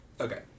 Okay